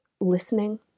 listening